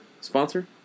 sponsor